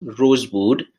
rosewood